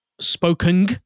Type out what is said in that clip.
spoken